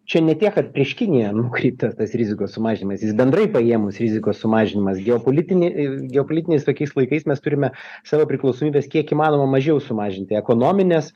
čia ne tiek kad prieš kiniją nukreiptas tas rizikos sumažinimas jis bendrai paėmus rizikos sumažinimas geopolitini i geopolitiniais tokiais laikais mes turime savo priklausomybes kiek įmanoma mažiau sumažinti ekonomines